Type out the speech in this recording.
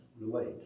relate